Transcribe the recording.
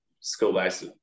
school-based